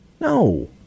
No